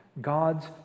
God's